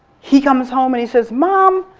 he comes home and he says mom,